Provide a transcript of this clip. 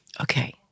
Okay